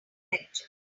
lecture